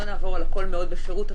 לא נעבור על הכול מאוד בפירוט,